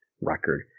record